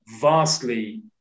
vastly